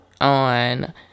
on